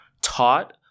taught